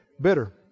Bitter